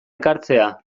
ekartzea